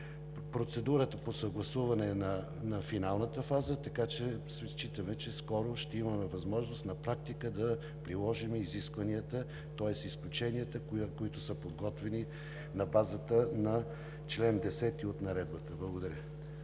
Процедурата по съгласуване е на финалната фаза, така че считаме, че скоро ще имаме възможност на практика да приложим изискванията, тоест изключенията, които са подготвени на базата на чл. 10 от Наредбата. Благодаря.